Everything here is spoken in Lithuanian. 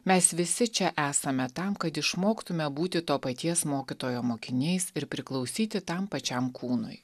mes visi čia esame tam kad išmoktume būti to paties mokytojo mokiniais ir priklausyti tam pačiam kūnui